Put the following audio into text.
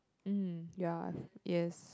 mm ya yes